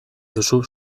duzu